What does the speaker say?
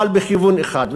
אבל בכיוון אחד.